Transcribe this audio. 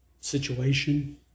situation